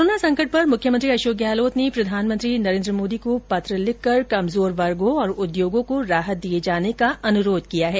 corona संकट पर मुख्यमंत्री अशोक गहलोत ने प्रधानमंत्री नरेन्द्र मोदी को पत्र लिखकर कमजोर वर्गो और उद्योगों को राहत दिये जाने का अनुरोध किया है